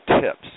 tips